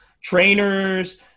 trainers